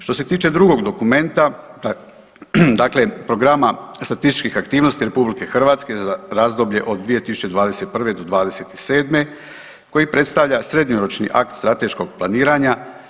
Što se tiče drugog dokumenta, dakle Programa statističkih aktivnosti RH za razdoblje od 2021. do '27. koji predstavlja srednjoročni akt strateškog planiranja.